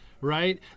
Right